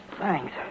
Thanks